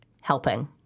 helping